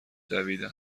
دویدم